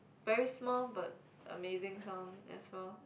very small but amazing sound as well